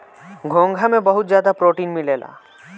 घोंघा में बहुत ज्यादा प्रोटीन मिलेला